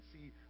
see